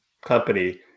company